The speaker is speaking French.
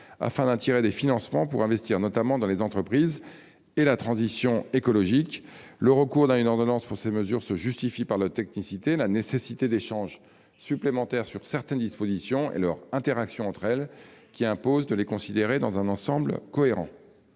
d’attirer des financements pour investir notamment dans les entreprises et la transition écologique. Le recours à des ordonnances se justifie par la technicité même des mesures concernées et par la nécessité d’échanges supplémentaires sur certaines dispositions et leur interaction entre elles, qui imposent de les considérer dans un ensemble cohérent.